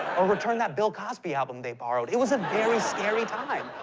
or return that bill cosby album they borrowed. it was a very scary time.